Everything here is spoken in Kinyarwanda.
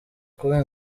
kuba